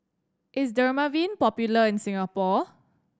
is Dermaveen popular in Singapore